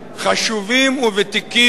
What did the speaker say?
חשובים וותיקים,